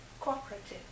cooperative